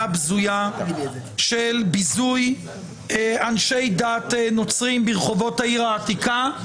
הבזויה של ביזוי אנשי דת נוצריים ברחובות העיר העתידה,